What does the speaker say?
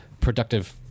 productive